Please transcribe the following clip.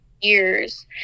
years